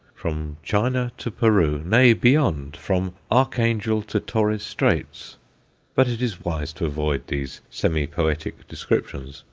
from china to peru nay, beyond, from archangel to torres straits but it is wise to avoid these semi-poetic descriptions.